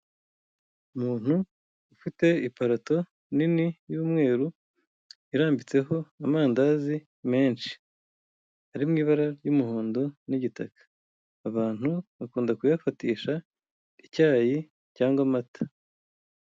Umuntu ufite iparato nini y'umweru irambitseho amandazi menshi ari mu ibara ry'umuhondo n'igitaka, abantu bakunda kuyafatisha icyayi cyangwa amata.